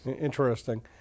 Interesting